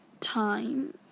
time